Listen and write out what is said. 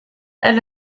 elle